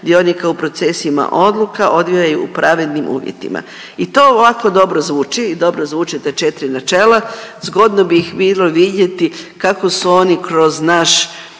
dionica u procesima odluka odvijaju u pravednim uvjetima. I to ovako dobro zvuči i dobro zvuče ta 4 načela. Zgodno bi ih bilo vidjeti kako su oni kroz naš,